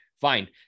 Fine